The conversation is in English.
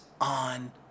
on